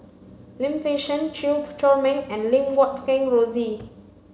Lim Fei Shen Chew Chor Meng and Lim Guat Kheng Rosie